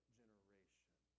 generation